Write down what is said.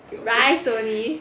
rice only